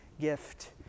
gift